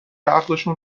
عقدشون